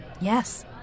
Yes